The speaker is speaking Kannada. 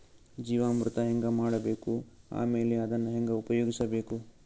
ಜೀವಾಮೃತ ಹೆಂಗ ಮಾಡಬೇಕು ಆಮೇಲೆ ಅದನ್ನ ಹೆಂಗ ಉಪಯೋಗಿಸಬೇಕು?